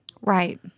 right